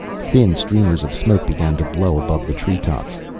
thin streamers of smoke began to blow above the treetops.